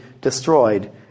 destroyed